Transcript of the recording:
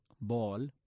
ball